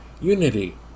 Unity